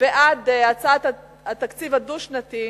בעד הצעת התקציב הדו-שנתי,